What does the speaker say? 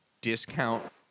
discount